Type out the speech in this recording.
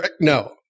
No